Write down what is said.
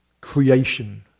creation